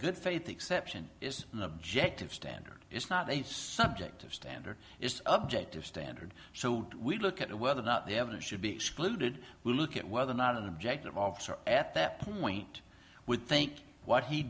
good faith exception is objective standard it's not a subjective standard is objective standard so we look at whether or not they have a should be excluded look at whether or not an objective officer at that point would think what he